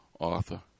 Arthur